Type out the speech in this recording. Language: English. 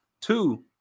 two